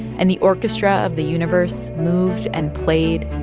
and the orchestra of the universe moved and played,